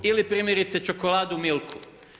Ili primjerice čokoladu Milku.